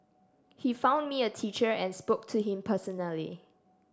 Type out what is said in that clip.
he found me a teacher and spoke to him personally